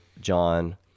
John